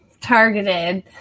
targeted